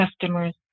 customers